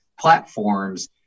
platforms